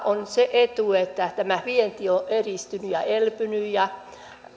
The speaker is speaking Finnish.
on etu se että tämä vienti on edistynyt ja elpynyt ja